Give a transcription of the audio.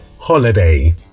holiday